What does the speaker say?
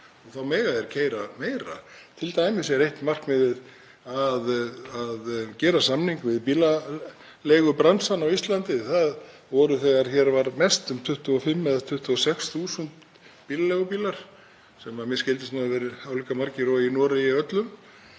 Þá mega þeir keyra meira. Til dæmis er eitt markmiðið að gera samning við bílaleigubransann á Íslandi. Það voru þegar hér var mest um 25.000 eða 26.000 bílaleigubílar sem mér skildist að hefðu verið álíka margir og í Noregi öllum